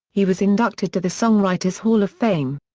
he was inducted to the songwriter's hall of fame.